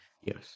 Yes